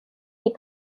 les